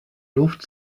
luft